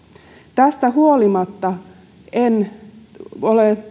tästä huolimatta en ole